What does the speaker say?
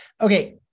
okay